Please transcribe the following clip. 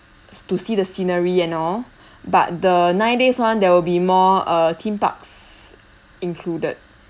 to see the scenery and all but the nine days [one] there will be more uh theme parks included